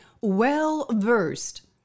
well-versed